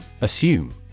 Assume